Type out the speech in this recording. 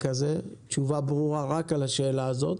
תשובה ברורה רק על השאלה הזאת.